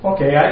Okay